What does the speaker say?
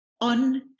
on